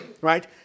right